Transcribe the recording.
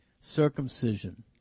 circumcision